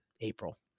April